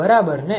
બરાબર ને